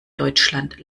deutschland